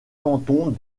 cantons